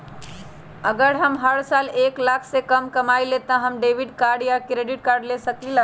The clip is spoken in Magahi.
अगर हम हर साल एक लाख से कम कमावईले त का हम डेबिट कार्ड या क्रेडिट कार्ड ले सकीला?